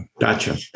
Gotcha